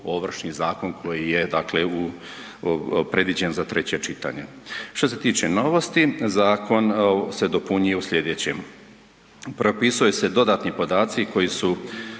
Ovršni zakon koji je dakle u, predviđen za treće čitanje. Što se tiče novosti, zakon se dopunjuje u slijedećem. Propisuje se dodatni podaci koji su